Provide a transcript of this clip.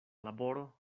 laboro